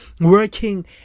working